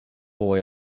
boy